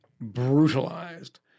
brutalized